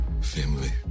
Family